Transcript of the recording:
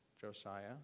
Josiah